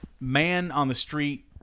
man-on-the-street